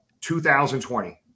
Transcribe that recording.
2020